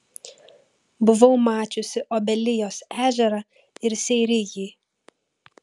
buvau mačiusi obelijos ežerą ir seirijį